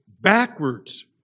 backwards